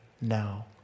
now